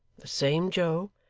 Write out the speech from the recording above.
the same joe,